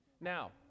Now